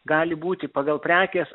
gali būti pagal prekės